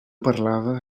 parlava